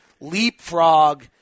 leapfrog